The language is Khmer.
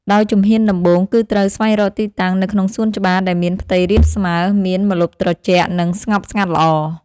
ដោយជំហានដំបូង គឺត្រូវស្វែងរកទីតាំងនៅក្នុងសួនច្បារដែលមានផ្ទៃរាបស្មើ មានម្លប់ត្រជាក់ និងស្ងប់ស្ងាត់ល្អ។